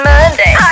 Monday